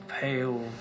pale